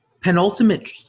penultimate